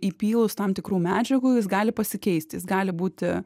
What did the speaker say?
įpylus tam tikrų medžiagų jis gali pasikeisti jis gali būti